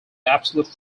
absolute